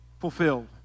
fulfilled